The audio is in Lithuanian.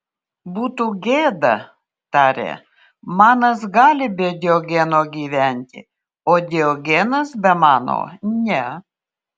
būtų gėda tarė manas gali be diogeno gyventi o diogenas be mano ne